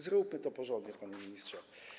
Zróbmy to porządnie, panie ministrze.